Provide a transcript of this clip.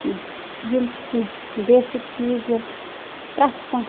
یِم چھِ کیٚنہہ بیسِک چیٖز یِم پرٛٮ۪تھ کانٛہہ